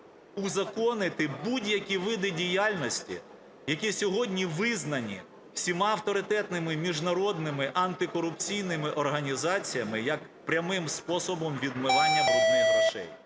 узаконити будь-які види діяльності, які сьогодні визнані всіма авторитетними міжнародними антикорупційними організаціями як прямим способом відмивання "брудних" грошей.